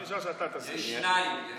יש שניים.